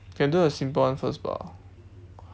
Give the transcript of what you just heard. can do a simple one first bah